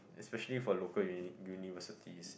especially for local uni universities